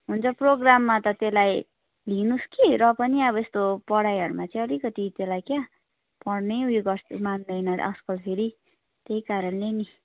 हुन्छ प्रोग्राममा त त्यसलाई लिनु होस् कि र पनि पढाइहरूमा चाहिँ अलिकति त्यसलाई क्या पढ्न उयो गर् मान्दैन आज कल फेरि त्यही कारणले नि